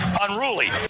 unruly